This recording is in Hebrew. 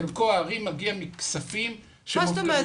חלקו הארי מגיע מכספים --- מה זאת אומרת